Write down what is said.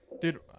Dude